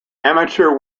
amateur